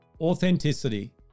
Authenticity